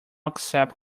accept